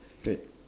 wait